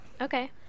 Okay